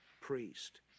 priest